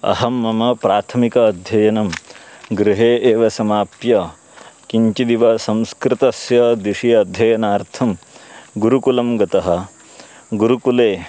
अहं मम प्राथमिकम् अध्ययनं गृहे एव समाप्य किञ्चिदेव संस्कृतस्य दिशि अध्ययनार्थं गुरुकुलं गतः गुरुकुले